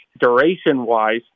duration-wise